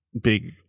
big